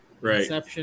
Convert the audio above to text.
right